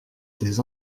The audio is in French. des